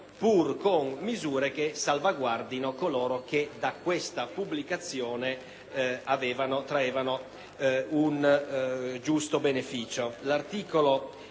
pur con misure che salvaguardino coloro che da questa pubblicazione traevano un giusto beneficio.